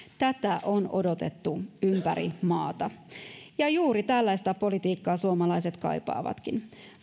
tätä on odotettu ympäri maata juuri tällaista politiikkaa suomalaiset kaipaavatkin